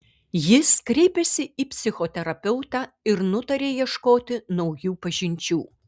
jis kreipėsi į psichoterapeutą ir nutarė ieškoti naujų pažinčių